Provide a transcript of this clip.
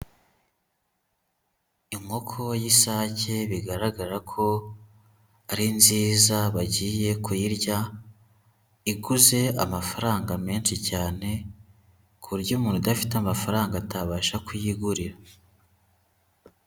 Inkoko y'isake bigaragara ko ari nziza bagiye kuyirya, iguze amafaranga menshi cyane ku buryo umuntu udafite amafaranga atabasha kuyigurira.